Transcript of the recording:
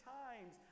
times